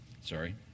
sorry